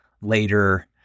later